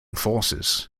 forces